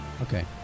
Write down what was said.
Okay